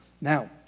Now